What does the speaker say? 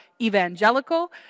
evangelical